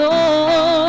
Lord